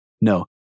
No